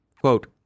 Quote